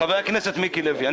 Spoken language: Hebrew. חבר הכנסת מיקי לוי,